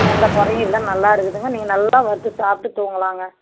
எந்த குறையும் இல்லை நல்லா இருக்குதுங்க நீங்கள் நல்லா வறுத்து சாப்பிட்டு தூங்கலாங்க